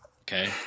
Okay